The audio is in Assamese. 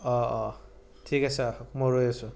অঁ অঁ ঠিক আছে আহক মই ৰৈ আছোঁ